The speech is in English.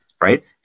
Right